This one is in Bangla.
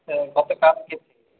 হ্যাঁ গত কালকে